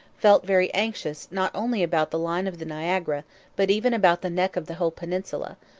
felt very anxious not only about the line of the niagara but even about the neck of the whole peninsula,